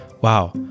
wow